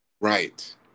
Right